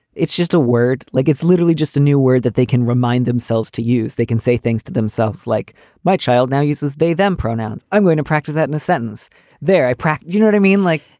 it's just a word like it's literally just a new word that they can remind themselves to use. they can say things to themselves like my child now uses they then pronouns. i'm going to practice that in a sentence there. i practice, you know what i mean? like,